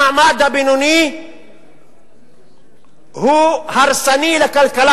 הרס המעמד הבינוני הוא הרסני לכלכלה,